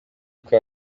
uko